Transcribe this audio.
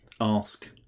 ask